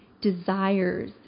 desires